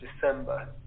December